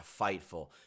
Fightful